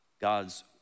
God's